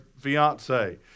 fiance